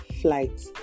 flight